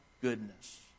goodness